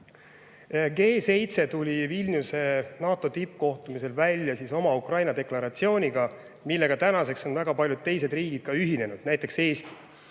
G7 tuli Vilniuse NATO tippkohtumisel välja oma Ukraina deklaratsiooniga, millega tänaseks on ühinenud väga paljud teised riigid, näiteks Eesti.